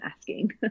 asking